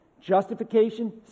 justification